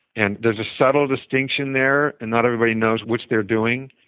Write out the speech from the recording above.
and there's a subtle distinction there, and not everybody knows which they're doing.